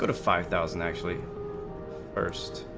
but five thousand actually first